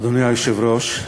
אדוני היושב-ראש,